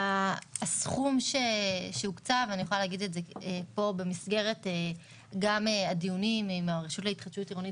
הסכום שהוקצב במסגרת הדיונים עם הרשות להתחדשות עירונית